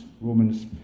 Romans